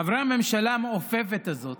חברי הממשלה המעופפת הזאת,